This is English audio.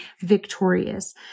victorious